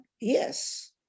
yes